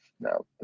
No